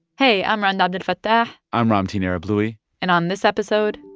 hey, i'm rund abdelfatah i'm ramtin arablouei and on this episode.